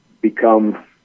become